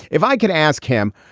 if i could ask him,